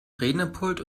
rednerpult